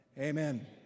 amen